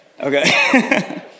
Okay